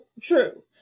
True